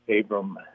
Abram